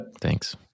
Thanks